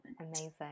amazing